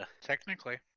technically